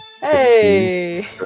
Hey